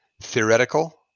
theoretical